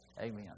Amen